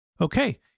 Okay